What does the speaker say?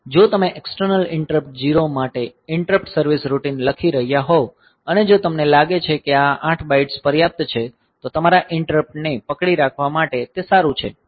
જો તમે external interrupt 0 માટે ઈંટરપ્ટ સર્વિસ રૂટિન લખી રહ્યા હોવ અને જો તમને લાગે કે આ 8 બાઇટ્સ પર્યાપ્ત છે તો તમારા ઈંટરપ્ટ ને પકડી રાખવા માટે તે સારું છે